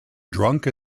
drunk